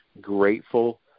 grateful